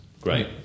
Great